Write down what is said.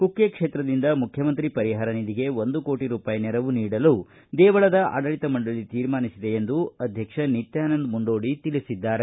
ಕುಕ್ಕೆ ಕ್ಷೇತ್ರದಿಂದ ಮುಖ್ಯಮಂತ್ರಿ ಪರಿಹಾರ ನಿಧಿಗೆ ಒಂದು ಕೋಟ ರೂಪಾಯಿ ನೆರವು ನೀಡಲು ದೇವಳದ ಆಡಳಿತ ಮಂಡಳಿ ತೀರ್ಮಾನಿಸಿದೆ ಎಂದು ಅಧ್ಯಕ್ಷ ನಿತ್ಯಾನಂದ ಮುಂಡೋಡಿ ತಿಳಿಸಿದ್ದಾರೆ